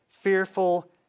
Fearful